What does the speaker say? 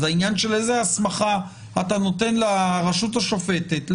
זה העניין של איזו הסמכה אתה נותן לרשות השופטת,